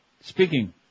Speaking